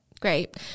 great